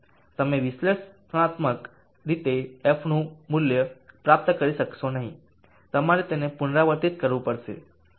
તમે વિશ્લેષણાત્મક રીતે fનું આ મૂલ્ય પ્રાપ્ત કરી શકશો નહીં તમારે તે પુનરાવર્તિત કરવું પડશે